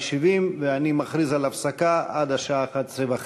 15 ביולי 2015. אני מתכבד לפתוח את ישיבת